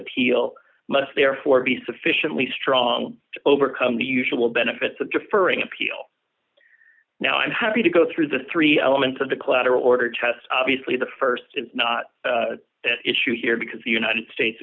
appeal must therefore be sufficiently strong to overcome the usual benefits of deferring appeal now i'm happy to go through the three elements of the collateral order test obviously the st is not the issue here because the united states